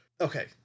Okay